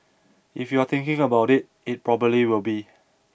if you're thinking about it it probably will be